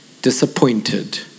disappointed